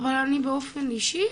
אבל אני באופן אישי,